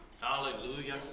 hallelujah